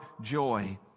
joy